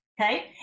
Okay